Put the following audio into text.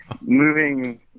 moving